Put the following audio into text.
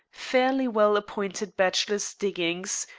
fairly well appointed bachelor's diggings,